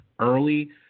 early